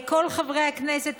לכל חברי הכנסת,